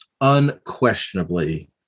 unquestionably